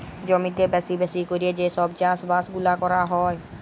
জমিতে বেশি বেশি ক্যরে যে সব চাষ বাস গুলা ক্যরা হ্যয়